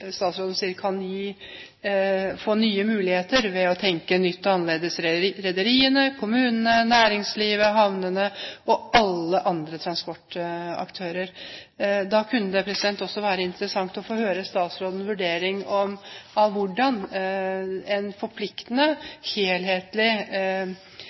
kan få nye muligheter ved å tenke nytt og annerledes – rederiene, kommunene, næringslivet, havnene og alle andre transportaktører. Da kunne det være interessant å få høre statsrådens vurdering av en forpliktende, helhetlig plansamordning av